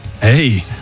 Hey